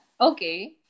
Okay